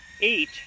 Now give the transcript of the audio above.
eight